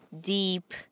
deep